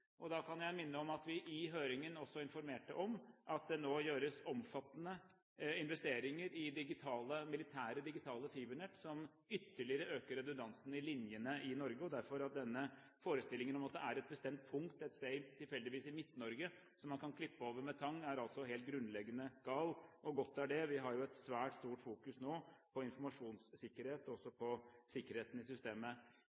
linjer. Da kan jeg minne om at vi i høringen også informerte om at det nå gjøres omfattende investeringer i militære digitale fibernett som ytterligere øker redundansen i linjene i Norge. Derfor er denne forestillingen om at det er et bestemt punkt, et sted tilfeldigvis i Midt-Norge, som man kan klippe over med tang, helt grunnleggende gal. Godt er det. Vi har jo et svært stort fokus nå på informasjonssikkerhet,